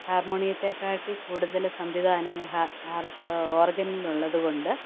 ഹാർമോണിയത്തേക്കാട്ടിയും കൂടുതൽ സംവിധാനങ്ങൾ ഓർഗനിലുള്ളതുകൊണ്ട്